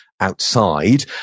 outside